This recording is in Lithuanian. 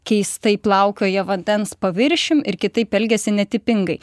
keistai plaukioja vandens paviršium ir kitaip elgiasi netipingai